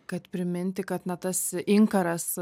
kad priminti kad na tas inkaras